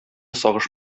сагыш